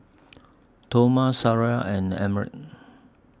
Toma Sariah and Emmet